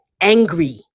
angry